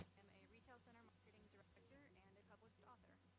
am a retail center marketing director and and a published and author.